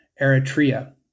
Eritrea